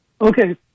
Okay